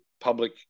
public